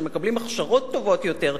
שמקבלים הכשרות טובות יותר,